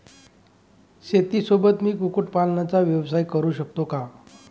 शेतीसोबत मी कुक्कुटपालनाचा व्यवसाय करु शकतो का?